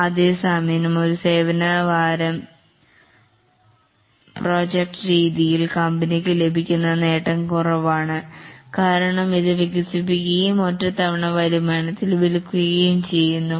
അതേസമയം ഒരു സേവനവാരം പ്രൊജക്റ്റ് രീതിയിൽ കമ്പനിക്ക് ലഭിക്കുന്ന നേട്ടം കുറവാണ് കാരണം ഇത് വികസിപ്പിക്കുകയും ഒറ്റത്തവണ വരുമാനത്തിൽ വിൽക്കുകയും ചെയ്യുന്നു